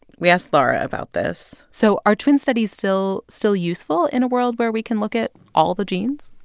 we asked laura about this so are twin studies still still useful in a world where we can look at all the genes?